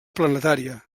planetària